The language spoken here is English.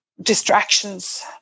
distractions